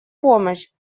помощь